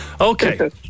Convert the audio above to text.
Okay